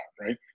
Right